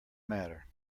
matter